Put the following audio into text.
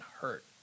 hurt